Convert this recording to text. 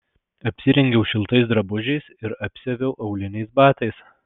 apsirengiau šiltais drabužiais ir apsiaviau auliniais batais